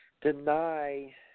deny